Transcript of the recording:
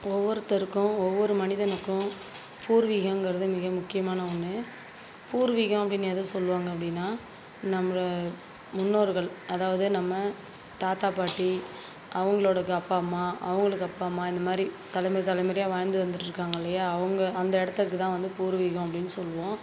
ஒவ்வொருத்தருக்கும் ஒவ்வொரு மனிதனுக்கும் பூர்வீகம்ங்கறது மிக முக்கியமான ஒன்று பூர்வீகம் அப்படின்னு எதை சொல்வாங்க அப்படின்னா நம்பள முன்னோர்கள் அதாவது நம்ம தாத்தா பாட்டி அவங்களோட அப்பா அம்மா அவங்களுக்கு அப்பா அம்மா இந்த மாதிரி தலைமுறை தலைமுறையாக வாழ்ந்து வந்துட்டு இருக்காங்க இல்லையா அவங்க அந்த இடத்துக்கு தான் வந்து பூர்வீகம் அப்படினு சொல்வோம்